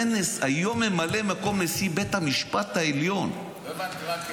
היום ממלא-מקום נשיא בית המשפט העליון --- לא הבנתי מה הקשר.